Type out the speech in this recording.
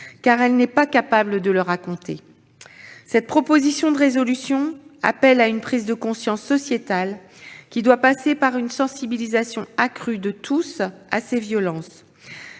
car elle n'est pas capable de le raconter. Cette proposition de résolution appelle à une prise de conscience sociétale, qui doit passer par une sensibilisation accrue de tous à ces violences.